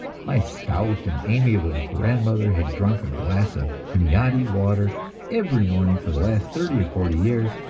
my stout and amiable grandmother had drunk a glass of hunyadi water every morning for the last thirty or forty years,